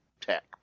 tech